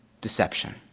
deception